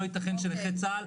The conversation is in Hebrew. לא יתכן שנכה צה"ל,